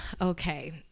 Okay